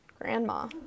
Grandma